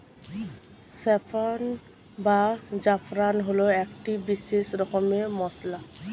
saffron বা জাফরান হল একটি বিশেষ রকমের মশলা